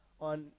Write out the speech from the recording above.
on